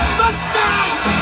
mustache